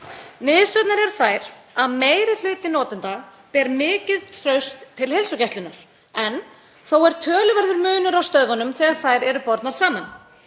Niðurstöðurnar eru þær að meiri hluti notenda ber mikið traust til heilsugæslunnar en þó er töluverður munur á stöðvunum þegar þær eru bornar saman.